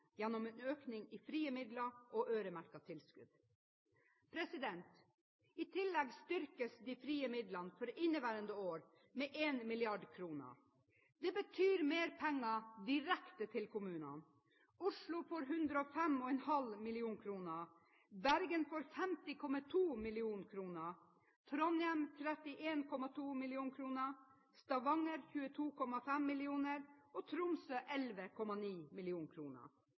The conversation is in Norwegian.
gjennom en økning i frie midler og øremerkede tilskudd. I tillegg styrkes de frie midlene for inneværende år med 1 mrd. kr. Det betyr mer penger direkte til kommunene. Oslo får 105,5 mill. kr, Bergen får 50,2 mill. kr, Trondheim får 31,2 mill. kr, Stavanger får 22,5 mill. kr, og Tromsø får 11,9